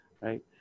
right